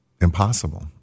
impossible